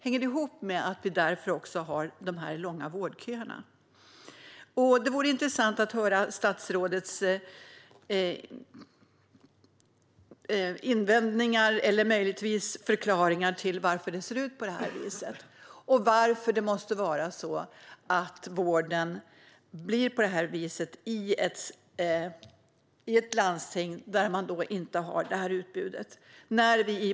Är det därför vi också har de långa vårdköerna? Det vore intressant att höra statsrådets invändningar eller möjligtvis förklaringar till att det ser ut på det här viset. Varför måste det vara så att vården blir på detta vis i ett landsting där inte utbudet finns på samma sätt?